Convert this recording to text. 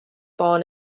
born